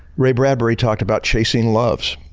ray bradbury talked about chasing loves.